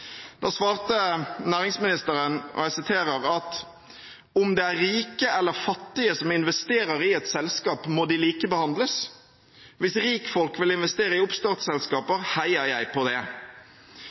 Da svarte næringsministeren: «Om det er rike eller fattige som investerer i et selskap, må de likebehandles. Hvis rikfolk vil investere i